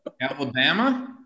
Alabama